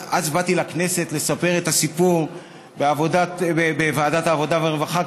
באתי אז לכנסת לספר את הסיפור בוועדת העבודה והרווחה,